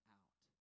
out